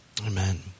Amen